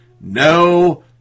No